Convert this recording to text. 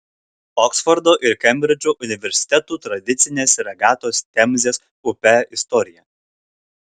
oksfordo ir kembridžo universitetų tradicinės regatos temzės upe istorija